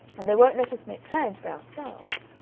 and they won't let us make plans for ourselves.